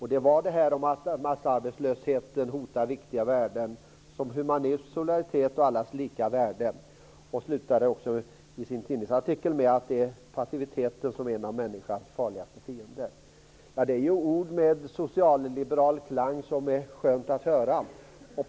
Hon sade att massarbetslösheten hotar viktiga värden som humanism, solidaritet och allas lika värde. Hon avslutade också sin tidningsartikel med att passiviteten är en av människans farligaste fiender. Det är ord med socialliberal klang, som det är skönt att höra.